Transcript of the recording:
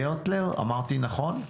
גרטלר, אמרתי נכון?